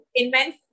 invent